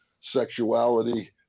sexuality